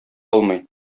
алмый